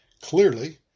Clearly